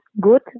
good